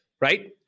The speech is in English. right